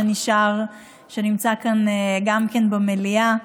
שגם נמצא כאן במליאה,